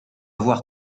voir